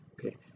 Okay